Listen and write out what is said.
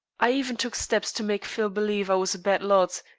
i even took steps to make phil believe i was a bad lot,